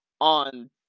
on